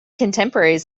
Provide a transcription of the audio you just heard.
contemporaries